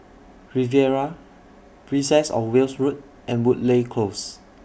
Riviera Princess of Wales Road and Woodleigh Close